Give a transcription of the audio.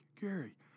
Gary